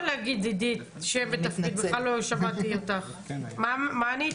מה ענית?